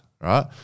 right